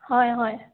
হয় হয়